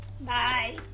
Bye